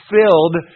filled